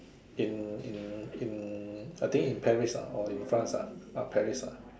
in in in I think in Paris ah or in France ah not Paris lah